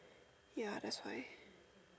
ya that's why